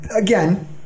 again